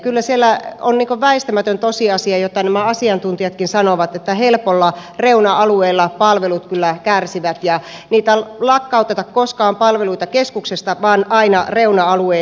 kyllä siellä on väistämätön tosiasia mitä nämä asiantuntijatkin sanovat että helposti reuna alueilla palvelut kyllä kärsivät ja keskuksista niitä ei lakkauteta koskaan vaan aina reuna alueilta